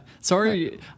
sorry